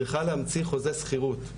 צריכה להמציא חוזה שכירות,